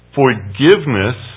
forgiveness